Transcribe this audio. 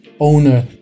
owner